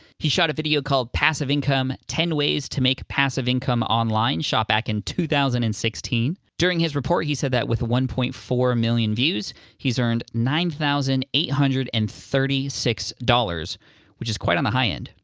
he shot a video called passive income ten ways to make passive income online shot back in two thousand and sixteen. during his report, he said that with one point four million views, he's earned nine thousand eight hundred and thirty six dollars which is quite on the high end.